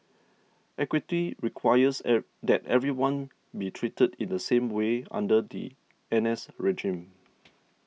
equity requires that everyone be treated in the same way under the N S regime